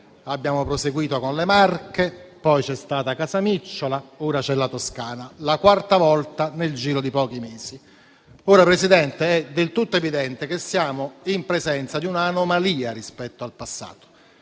abbiamo proseguito con le Marche, poi c'è stata Casamicciola e ora c'è la Toscana. È la quarta volta nel giro di pochi mesi. Presidente, è del tutto evidente che siamo in presenza di un'anomalia rispetto al passato.